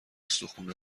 استخون